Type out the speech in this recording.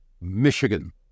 Michigan